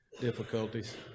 difficulties